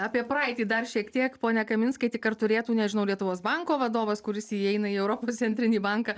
apie praeitį dar šiek tiek pone kaminskai tik ar turėtų nežinau lietuvos banko vadovas kuris įeina į europos centrinį banką